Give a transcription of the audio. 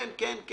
כן.